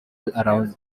around